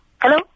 Hello